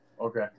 okay